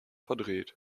verdreht